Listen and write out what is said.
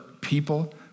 people